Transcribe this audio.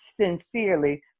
sincerely